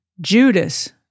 Judas